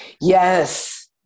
Yes